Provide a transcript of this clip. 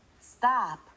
stop